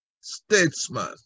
statesman